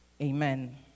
Amen